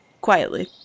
quietly